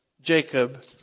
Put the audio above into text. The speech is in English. Jacob